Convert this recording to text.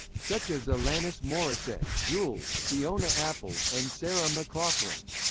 such as alanis morissette, jewel, fiona apple, and sarah mclachlan.